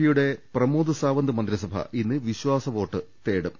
പിയുടെ പ്രമോദ് സാവന്ത് മന്ത്രിസഭ ഇന്ന് വിശ്വാസ വോട്ട് തേടും